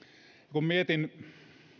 kun mietin